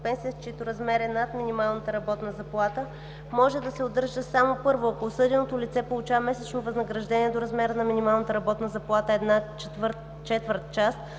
пенсия, чийто размер е над минималната работна заплата, може да се удържа само: 1. ако осъденото лице получава месечно възнаграждение до размера на минималната работна заплата – една